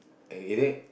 is it